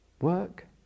work